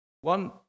One